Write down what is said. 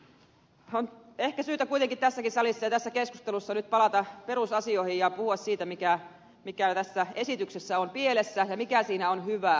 ehkä on syytä kuitenkin tässäkin salissa ja tässä keskustelussa nyt palata perusasioihin ja puhua siitä mikä tässä esityksessä on pielessä ja mikä siinä on hyvää